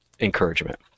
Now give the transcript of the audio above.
encouragement